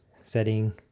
setting